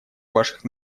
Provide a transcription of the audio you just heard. ваших